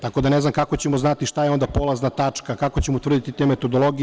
Tako da ne znam kako ćemo znati šta je polazna tačka, kako ćemo utvrditi te metodologije?